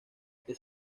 que